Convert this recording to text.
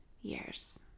years